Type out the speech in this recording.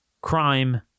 Crime